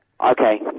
Okay